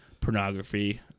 pornography